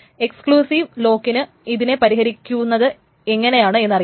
exclusive ലോക്കിന് ഇതിനെ പരിഹരിക്കുന്നത് എങ്ങനെയാണ് എന്ന് അറിയാം